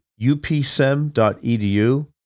upsem.edu